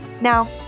Now